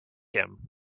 him